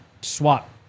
swap